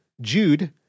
Jude